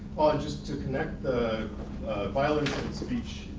just to connect the violence and speech,